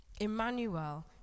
Emmanuel